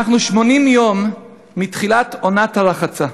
אנחנו 80 יום מתחילת עונת הרחצה.